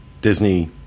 Disney